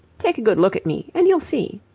take a good look at me, and you'll see.